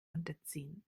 unterziehen